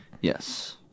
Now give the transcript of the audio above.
Yes